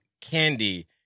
candy